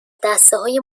دستههای